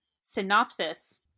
synopsis